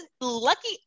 lucky